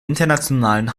internationalen